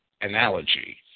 analogy